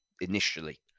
initially